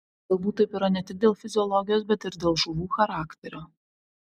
galbūt taip yra ne tik dėl fiziologijos bet ir dėl žuvų charakterio